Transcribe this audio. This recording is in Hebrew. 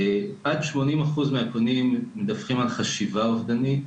עד 80% מהפונים מדווחים על חשיבה אובדנית,